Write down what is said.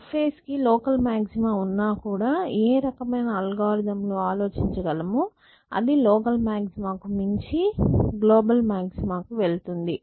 surface కి local maxima ఉన్నా కూడా ఏ రకమైన అల్గోరిథం లు ఆలోచించగలమో అది లోకల్ మాగ్జిమాకు మించి గ్లోబల్ మాగ్జిమాకు వెళుతుంది